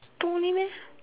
two only meh